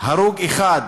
הרוג אחד